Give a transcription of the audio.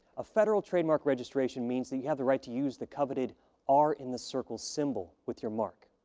a federal trademark registration means that you have the right to use the coveted r in the circle symbol with your mark.